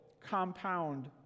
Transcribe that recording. compound